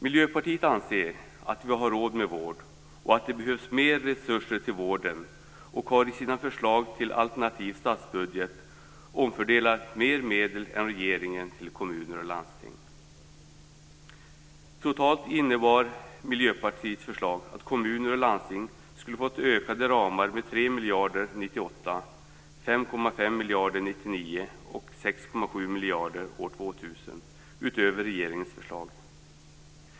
Miljöpartiet anser att vi har råd med vård och att det behövs mer resurser till vården. Vi har i våra förslag till alternativ statsbudget omfördelat mer medel än regeringen till kommuner och landsting. Totalt innebar Miljöpartiets förslag att kommuner och landsting skulle fått ökade ramar med 3 miljarder utöver regeringens förslag.